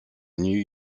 new